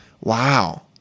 Wow